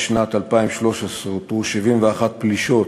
בשנת 2013 אותרו 71 פלישות